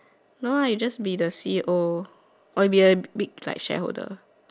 no ah just be the C_E_O or be like a big like shareholder